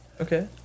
Okay